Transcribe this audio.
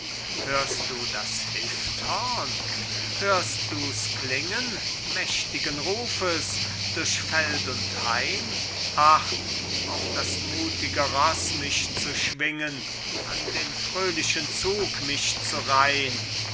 hörst du das hifthorn hörst du's klingen mächtigen rufes durch feld und hain ach auf das mutige roß mich zu schwingen an den fröhlichen zug mich zu reihn